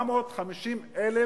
750,000,